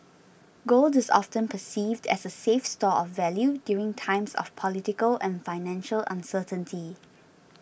gold is often perceived as a safe store of value during times of political and financial uncertainty